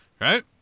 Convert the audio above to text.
right